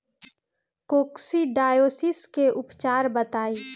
Coccidiosis के उपचार बताई?